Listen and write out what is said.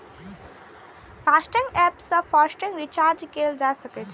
FASTag app सं FASTag recharge कैल जा सकै छै